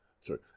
sorry